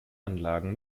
anlagen